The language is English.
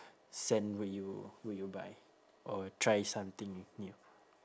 scent will you will you buy or try something new